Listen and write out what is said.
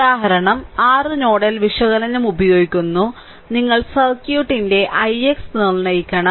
ഉദാഹരണം 6 നോഡൽ വിശകലനം ഉപയോഗിക്കുന്നു നിങ്ങൾ സർക്യൂട്ടിന്റെ ix നിർണ്ണയിക്കണം